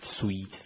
sweet